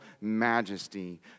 majesty